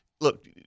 look